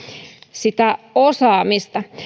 sitä osaamista